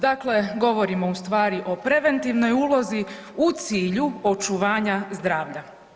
Dakle, govorimo ustvari o preventivnoj ulozi u cilju očuvanja zdravlja.